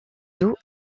doux